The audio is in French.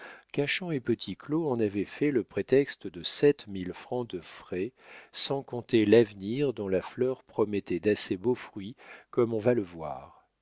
cachan et petit claud en avaient fait le prétexte de sept mille francs de frais sans compter l'avenir dont la fleur promettait d'assez beaux fruits comme on va le voir